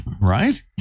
Right